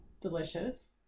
Delicious